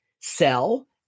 sell